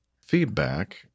feedback